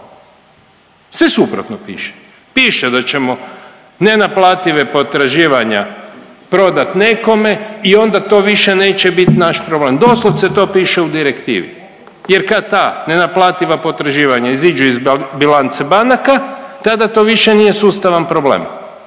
Sve suprotno piše. Piše da ćemo nenaplative potraživanja prodati nekome i onda to više neće biti naš problem. Doslovce to piše u direktivi jer kad ta nenaplativa potraživanja iziđu iz bilance banaka tada to više nije sustavan problem.